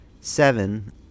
seven